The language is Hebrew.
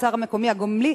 התוצר המקומי הגולמי,